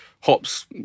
hops